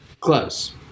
Close